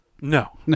No